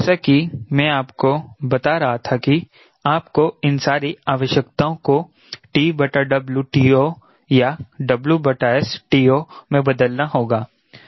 जैसा कि मैं आपको बता रहा था कि आपको इन सारी आवश्यकताओं को TO या TO मैं बदलना होगा